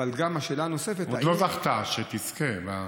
עוד לא זכתה, שתזכה.